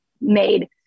made